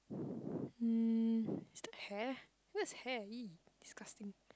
um is that hair whose hair !ee! disgusting